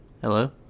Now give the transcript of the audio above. Hello